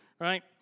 right